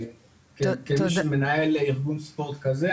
כמי שמנהל ארגון ספורט כזה,